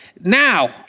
Now